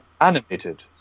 animated